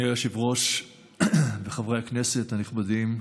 אדוני היושב-ראש וחברי הכנסת הנכבדים,